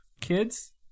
Kids